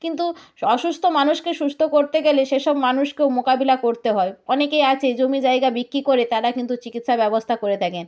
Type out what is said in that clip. কিন্তু অসুস্ত মানুষকে সুস্থ করতে গেলে সেসব মানুষকেও মোকাবিলা করতে হয় অনেকেই আছে জমি জায়গা বিক্রি করে তারা কিন্তু চিকিৎসা ব্যবস্থা করে থাকেন